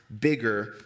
bigger